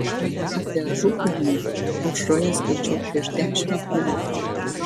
apie ažukalnį aušroje skaičiau prieš dešimt metų